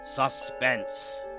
Suspense